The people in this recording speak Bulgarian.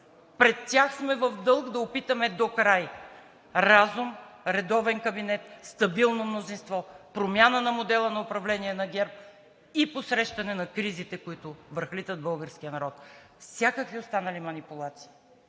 пред тях сме в дълг да опитаме докрай – разум, редовен кабинет, стабилно мнозинство, промяна на модела на управление на ГЕРБ и посрещане на кризите, които връхлитат българския народ. Всякакви останали манипулации,